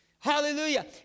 Hallelujah